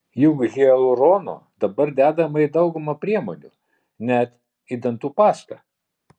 juk hialurono dabar dedama į daugumą priemonių net į dantų pastą